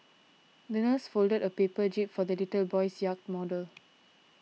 the nurse folded a paper jib for the little boy's yacht model